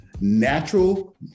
Natural